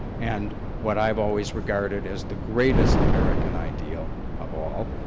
and what i've always regarded as the greatest american ideal of all,